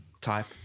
type